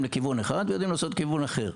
לכיוון אחד ויודעים לעשות לכיוון אחר.